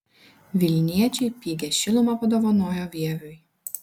vilniečiai pigią šilumą padovanojo vieviui